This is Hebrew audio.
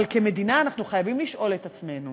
אבל כמדינה אנחנו חייבים לשאול את עצמנו